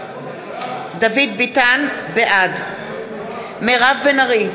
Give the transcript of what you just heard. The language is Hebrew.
בעד מירב בן ארי,